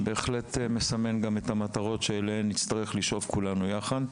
זה בהחלט מסמן את המטרות אליהן נצטרך לשאוף כולנו יחד.